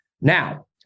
Now